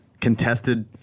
contested